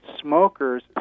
smokers